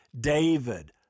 David